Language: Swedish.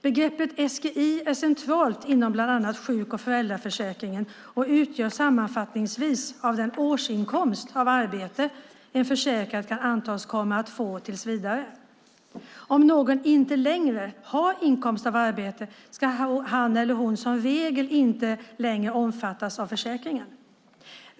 Begreppet SGI är centralt inom bland annat sjuk och föräldraförsäkringen och utgörs sammanfattningsvis av den årsinkomst av arbete en försäkrad kan antas komma att få tills vidare. Om någon inte längre har inkomst av arbete ska han eller hon som regel inte längre omfattas av försäkringen.